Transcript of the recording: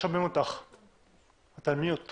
אני עורכת דין דבי גילד חיו מהאגודה לזכויות האזרח.